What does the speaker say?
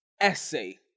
essay